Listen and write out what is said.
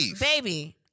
baby